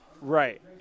Right